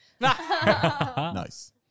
Nice